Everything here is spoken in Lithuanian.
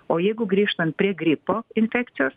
o jeigu grįžtant prie gripo infekcijos